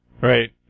Right